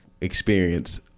experience